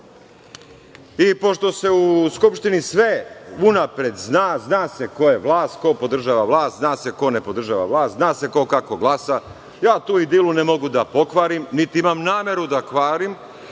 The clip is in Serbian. se u Skupštini sve unapred zna, zna se ko je vlast, ko podržava vlast, zna se ko ne podržava vlast, zna se ko kako glasa. Ja tu idilu ne mogu da pokvarim, niti imam nameru da kvarim,